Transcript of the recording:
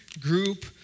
group